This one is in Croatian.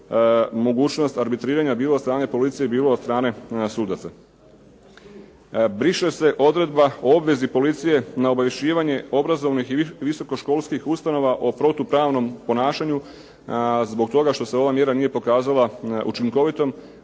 mogućnost arbitriranja bilo od strane policije, bilo od strane sudaca. Briše se odredba o obvezi policije na obavješćivanje obrazovanih i visokoškolskih ustanova o protupravnom ponašanju, zbog toga što se ova mjera nije pokazala učinkovitom,